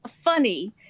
funny